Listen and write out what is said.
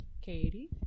katie